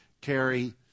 carry